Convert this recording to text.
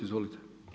Izvolite.